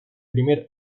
primer